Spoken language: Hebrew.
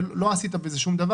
לא תיקנו כלום.